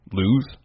lose